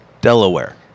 Delaware